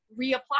reapply